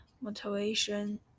motivation